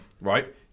Right